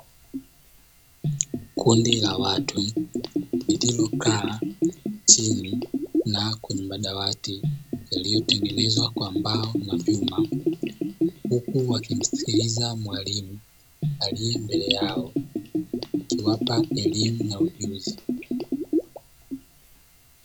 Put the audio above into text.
Kundi la watu lililokaa chini na kwenye madawati yaliyotengenezwa kwa mbao na vyuma; huku wakimsikiliza mwalimu aliye mbele yao akiwapa elimu na ujuzi.